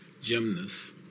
gymnasts